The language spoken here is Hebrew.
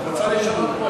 את רוצה לשנות פה,